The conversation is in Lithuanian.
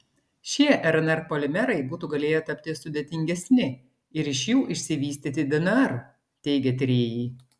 šie rnr polimerai būtų galėję tapti sudėtingesni ir iš jų išsivystyti dnr teigia tyrėjai